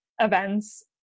events